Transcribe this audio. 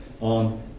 on